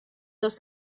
dos